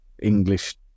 English